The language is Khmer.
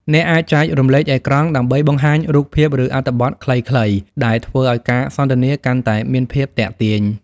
អ្នកអាចចែករំលែកអេក្រង់ ដើម្បីបង្ហាញរូបភាព ឬអត្ថបទខ្លីៗ ដែលធ្វើឱ្យការសន្ទនាកាន់តែមានភាពទាក់ទាញ។